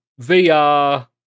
VR